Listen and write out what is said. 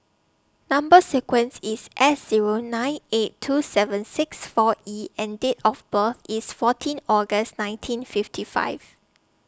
Number sequence IS S Zero nine eight two seven six four E and Date of birth IS fourteen August nineteen fifty five